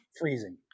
freezing